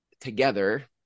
together